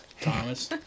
Thomas